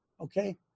Okay